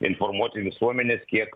informuoti visuomenės kiek